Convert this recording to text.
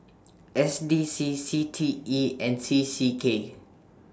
S D C C T E and C C K